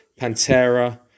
Pantera